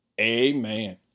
amen